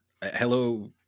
Hello